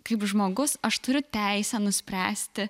kaip žmogus aš turiu teisę nuspręsti